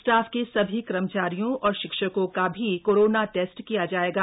staff के सभी कर्मचारियों और शिक्षकों का भी कोरोना टेस्ट किया जाएगा